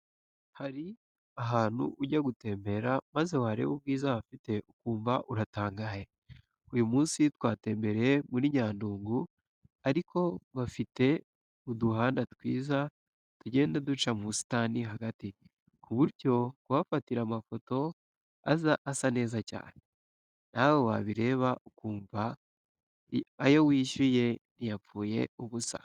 Hari ahantu ujya gutemberera maze wareba ubwiza hafite ukumva uratangaye. Uyu munsi twatembereye muri Nyandungu ariko bafite uduhanda twiza tugenda duca mu busitani hagati, ku buryo kuhafatira amafoto aza asa neza cyane, nawe wabireba ukumva ayo wishyuye ntiyapfuye ubusa.